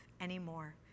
anymore